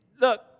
Look